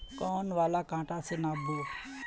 कौन वाला कटा से नाप बो?